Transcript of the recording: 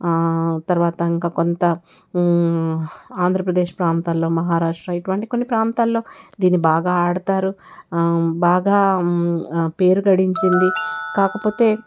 తరువాత ఇంక కొంత ఆంధ్రప్రదేశ్ ప్రాంతాల్లో మహారాష్ట్ర ఇటువంటి కొన్ని ప్రాంతాల్లో దీని బాగా ఆడతారు బాగా పేరు గడించింది కాకపోతే